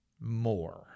more